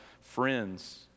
friends